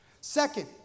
Second